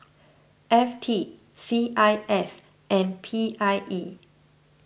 F T C I S and P I E